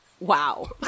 Wow